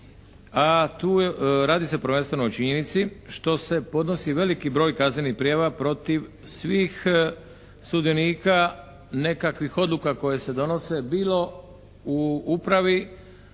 a radi se prvenstveno o činjenici što se podnosi veliki broj kaznenih prijava protiv svih sudionika nekakvih odluka koje se donose bilo u upravi,